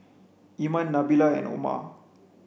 Iman Nabila and Omar